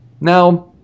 Now